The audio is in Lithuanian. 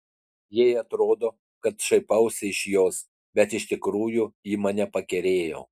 jai atrodo kad šaipausi iš jos bet iš tikrųjų ji mane pakerėjo